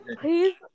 Please